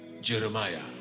Jeremiah